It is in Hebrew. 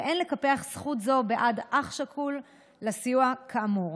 ואין לקפח זכות זו בעד אח שכול לסיוע כאמור